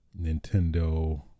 Nintendo